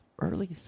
early